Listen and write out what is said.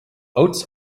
oats